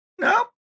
No